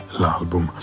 l'album